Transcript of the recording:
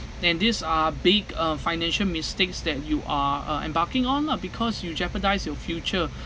and these are big uh financial mistakes that you are uh embarking on lah because you jeopardise your future